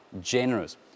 generous